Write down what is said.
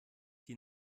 die